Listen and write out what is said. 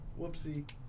Whoopsie